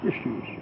issues